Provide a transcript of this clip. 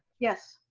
yes.